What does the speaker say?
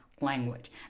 language